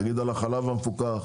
נגיד על החלב המפוקח,